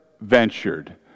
ventured